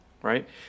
Right